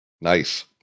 Nice